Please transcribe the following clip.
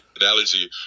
analogy